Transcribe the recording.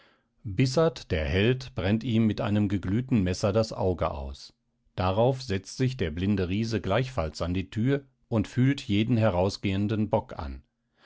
bissat der held brennt ihm mit einem geglühten messer das auge aus darauf setzt sich der blinde riese gleichfalls an die thür und fühlt jeden herausgehenden bock an